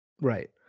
Right